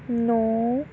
ਨੌਂ